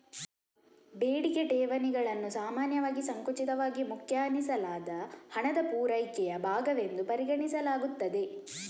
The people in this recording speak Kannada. ಬೇಡಿಕೆ ಠೇವಣಿಗಳನ್ನು ಸಾಮಾನ್ಯವಾಗಿ ಸಂಕುಚಿತವಾಗಿ ವ್ಯಾಖ್ಯಾನಿಸಲಾದ ಹಣದ ಪೂರೈಕೆಯ ಭಾಗವೆಂದು ಪರಿಗಣಿಸಲಾಗುತ್ತದೆ